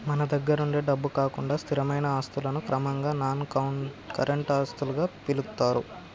మన దగ్గరుండే డబ్బు కాకుండా స్థిరమైన ఆస్తులను క్రమంగా నాన్ కరెంట్ ఆస్తులుగా పిలుత్తారు